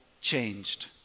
changed